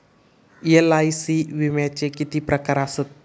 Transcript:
LIC विम्याचे किती प्रकार आसत?